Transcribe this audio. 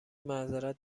معذرت